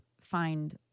find